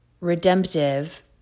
redemptive